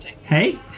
Hey